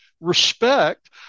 respect